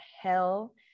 hell